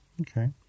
Okay